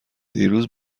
دیروز